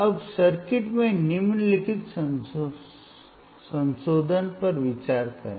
अब सर्किट में निम्नलिखित संशोधन पर विचार करें